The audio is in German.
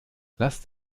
lasst